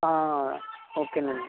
okay అండి